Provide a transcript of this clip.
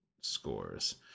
scores